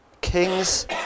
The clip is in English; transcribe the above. kings